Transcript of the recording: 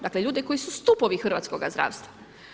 Dakle ljude koji su stupovi hrvatskoga zdravstva.